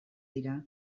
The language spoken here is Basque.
dira